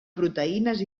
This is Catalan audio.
proteïnes